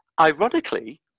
ironically